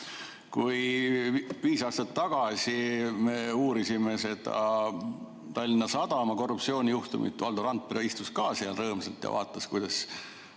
Kui me viis aastat tagasi uurisime Tallinna Sadama korruptsioonijuhtumit, siis Valdo Randpere istus ka seal rõõmsalt ja vaatas, kuidas